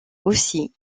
aussi